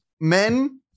men